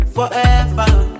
Forever